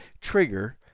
trigger